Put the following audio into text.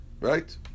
Right